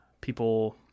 people